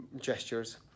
gestures